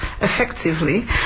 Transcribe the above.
effectively